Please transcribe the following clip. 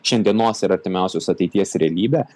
šiandienos ir artimiausios ateities realybė